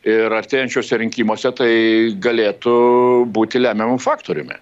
ir artėjančiuose rinkimuose tai galėtų būti lemiamu faktoriumi